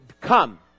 come